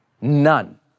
none